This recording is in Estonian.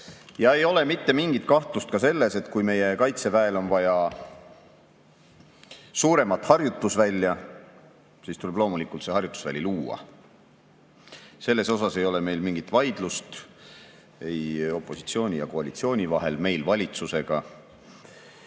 Ja ei ole mitte mingit kahtlust ka selles, et kui meie kaitseväel on vaja suuremat harjutusvälja, siis tuleb loomulikult see harjutusväli luua. Selles osas ei ole meil mingit vaidlust ei opositsiooni ja koalitsiooni vahel ega meil valitsusega.